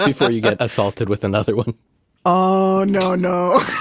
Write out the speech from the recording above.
ah before you get assaulted with another one oh no, no